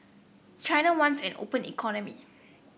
China wants an open economy